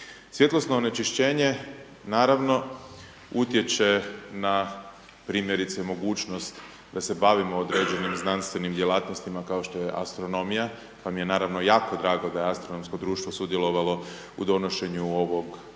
Svjetlosno onečišćenje naravno utječe na primjerice mogućnost da se bavimo određenim znanstvenim djelatnostima kao što astronomija koje mi je naravno jako da je astronomsko društvo sudjelovalo u donošenju ovog